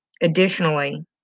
Additionally